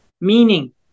Meaning